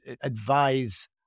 advise